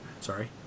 Sorry